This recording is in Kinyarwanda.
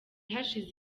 hashize